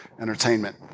entertainment